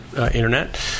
internet